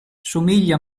somiglia